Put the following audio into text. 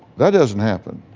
that doesn't happen,